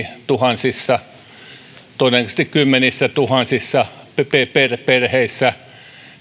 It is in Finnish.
tuhansissa todennäköisesti kymmenissätuhansissa perheissä